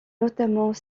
notamment